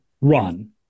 run